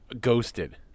Ghosted